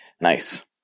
nice